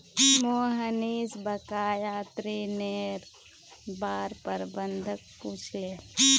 मोहनीश बकाया ऋनेर बार प्रबंधक पूछले